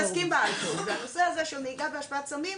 אבל הנושא הזה של נהיגה בהשפעת סמים,